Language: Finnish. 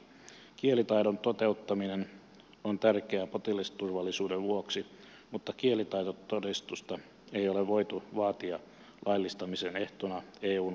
kielitaidon toteuttaminen on tärkeää potilasturvallisuuden vuoksi mutta kielitaitotodistusta ei ole voitu vaatia laillistamisen ehtona eun vuoksi